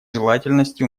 желательности